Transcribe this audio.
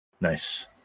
Nice